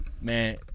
man